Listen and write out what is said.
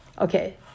Okay